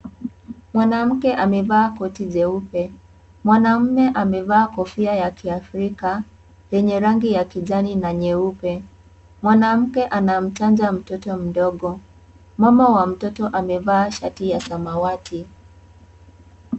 Mwanamke amevaa koti jeupe. Mwanaume amevaa kofia ya kiafrika yenye rangi ya kijani na nyeupe. Mwanamke anamchanja mtoto mdogo. Mama wa mtoto amevaa shati ya samawati.